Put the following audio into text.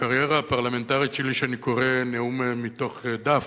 הקריירה הפרלמנטרית שלי שאני קורא נאום מתוך דף.